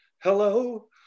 hello